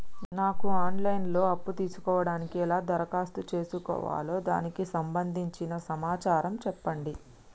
నాకు online లో అప్పు తీసుకోవడానికి ఎలా దరఖాస్తు చేసుకోవాలి దానికి సంబంధించిన సమాచారం చెప్పండి?